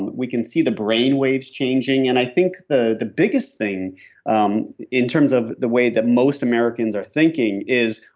we can see the brainwaves changing and i think the the biggest thing um in terms of the way that most americans are thinking is,